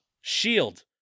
shield